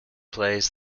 plays